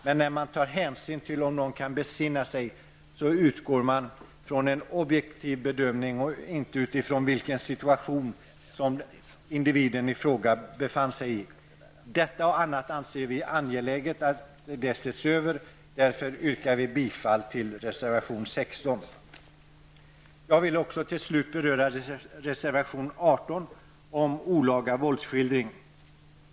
Men när man tar hänsyn till om någon kan besinna sig, utgår man från en objektiv bedöming och inte utifrån den situation som individen befann sig i. Detta och annat anser vi angeläget att se över, och därför yrkar vi bifall till reservation 16. Jag vill till slut också beröra reservaton 18 om olaga våldsskildring.